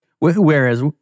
Whereas